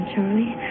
Charlie